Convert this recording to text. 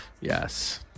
Yes